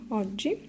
oggi